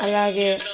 అలాగే